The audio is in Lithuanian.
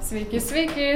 sveiki sveiki